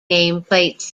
nameplates